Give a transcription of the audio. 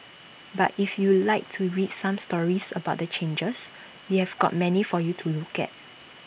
but if you'd like to read some stories about the changes we have got many for you to look at